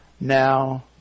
now